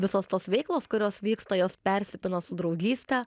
visos tos veiklos kurios vyksta jos persipina su draugyste